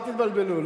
אל תתבלבלו.